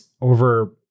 over